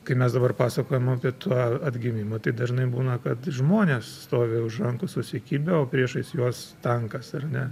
kai mes dabar pasakojam apie tą atgimimą tai dažnai būna kad žmonės stovi už rankų susikibę o priešais juos tankas ar ne